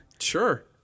Sure